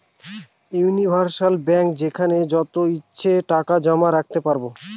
universal bank যেখানে যত ইচ্ছে টাকা জমা রাখতে পারবো